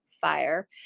fire